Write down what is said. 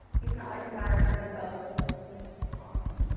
he's not like embarrassing himself. this is so awesome.